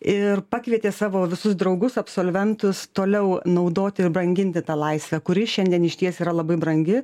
ir pakvietė savo visus draugus absolventus toliau naudoti ir branginti tą laisvę kuri šiandien išties yra labai brangi